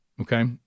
okay